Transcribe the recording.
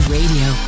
Radio